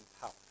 power